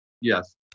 yes